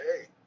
hey